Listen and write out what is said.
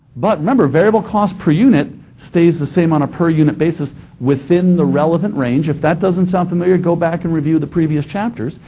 but remember variable cost per unit stays the same on a per unit basis within the relevant range. if that doesn't sound familiar, go back and review the previous chapters,